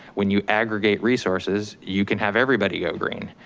when you aggregate resources, you can have everybody go green.